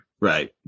right